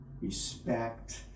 respect